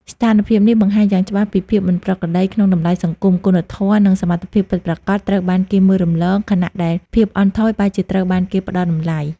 ស្ថានភាពនេះបង្ហាញយ៉ាងច្បាស់ពីភាពមិនប្រក្រតីក្នុងតម្លៃសង្គម គុណធម៌ និងសមត្ថភាពពិតប្រាកដត្រូវបានគេមើលរំលង ខណៈដែលភាពអន់ថយបែរជាត្រូវបានគេផ្តល់តម្លៃ។